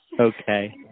Okay